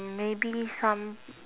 maybe some